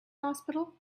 hospital